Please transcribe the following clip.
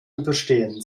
überstehen